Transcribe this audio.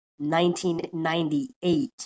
1998